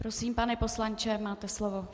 Prosím, pane poslanče, máte slovo.